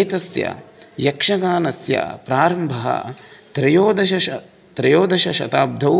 एतस्य यक्षगानस्य प्रारम्भः त्रयोदश त्रयोदशशताब्धौ